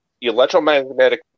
electromagnetic